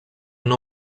una